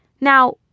Now